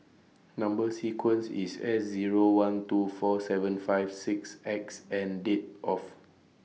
Number sequence IS S Zero one two four seven five six X and Date of